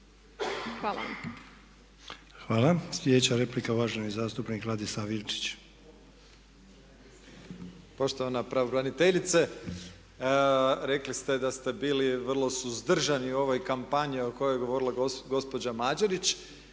(HDZ)** Hvala. Slijedeća replika uvaženi zastupnik Ladislav Ilčić. **Ilčić, Ladislav (HRAST)** Poštovana pravobraniteljice, rekli ste da ste bili vrlo suzdržani u ovoj kampanji o kojoj je govorila gospođa Mađerić,